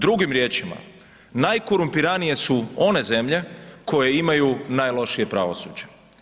Drugim riječima najkorumpiranije su one zemlje koje imaju najlošije pravosuđe.